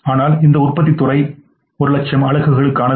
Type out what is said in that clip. ஆனால் இந்த உற்பத்தித்துறை 100000 அலகுகளுக்கானது